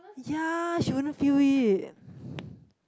yeah she wouldn't feel it